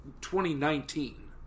2019